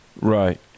Right